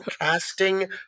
casting